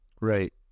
Right